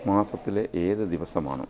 മാസത്തിലെ ഏത് ദിവസമാണ്